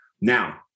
Now